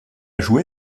joué